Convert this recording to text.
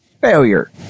failure